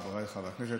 חבריי חברי הכנסת,